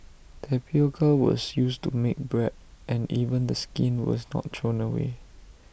tapioca was used to make bread and even the skin was not thrown away